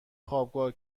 خوابگاه